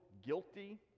Guilty